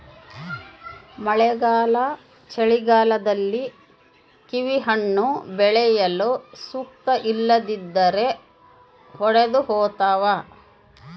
ಮಳೆಗಾಲ ಚಳಿಗಾಲದಲ್ಲಿ ಕಿವಿಹಣ್ಣು ಬೆಳೆಯಲು ಸೂಕ್ತ ಇಲ್ಲದಿದ್ದರೆ ಒಡೆದುಹೋತವ